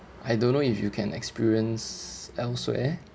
I don't know if you can experience elsewhere